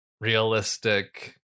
realistic